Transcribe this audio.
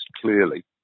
clearly